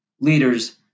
leaders